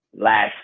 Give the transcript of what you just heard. last